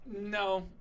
No